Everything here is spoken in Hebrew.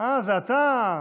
הייתי אני.